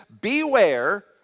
beware